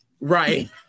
right